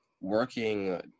working